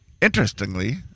interestingly